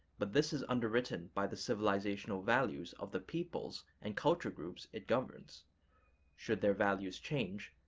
but this is underwritten by the civilizational values of the peoples and culture groups it governs should their values change,